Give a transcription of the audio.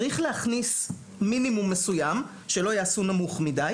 צריך להכניס מינימום מסוים שלא יעשו נמוך מדי